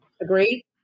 Agreed